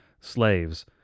slaves